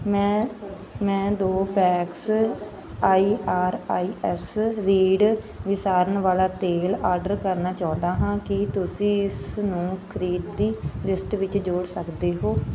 ਮੈਂ ਮੈਂ ਦੋ packs I R I S reed ਵਿਸਾਰਣ ਵਾਲਾ ਤੇਲ ਆਰਡਰ ਕਰਨਾ ਚਾਹੁੰਦਾ ਹਾਂ ਕੀ ਤੁਸੀਂ ਇਸਨੂੰ ਖਰੀਦੀ ਲਿਸਟ ਵਿੱਚ ਜੋੜ ਸਕਦੇ ਹੋ